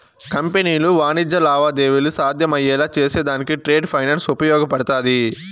కంపెనీలు వాణిజ్య లావాదేవీలు సాధ్యమయ్యేలా చేసేదానికి ట్రేడ్ ఫైనాన్స్ ఉపయోగపడతాది